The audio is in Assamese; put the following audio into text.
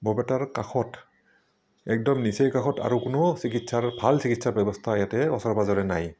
বৰপেটাৰ কাষত একদম নিচেই কাষত আৰু কোনো চিকিৎসাৰ ভাল চিকিৎসাৰ ব্যৱস্থা ইয়াতে ওচৰে পাঁজৰে নাই